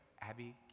Abby